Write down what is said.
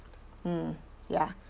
mm ya